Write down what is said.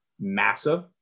massive